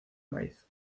maíz